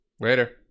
Later